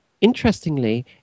interestingly